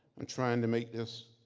i'm trying to make this